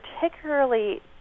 particularly